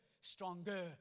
Stronger